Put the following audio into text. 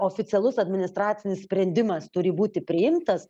oficialus administracinis sprendimas turi būti priimtas